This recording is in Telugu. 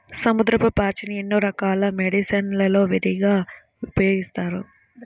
సముద్రపు పాచిని ఎన్నో రకాల మెడిసిన్ లలో విరివిగా ఉపయోగిస్తారు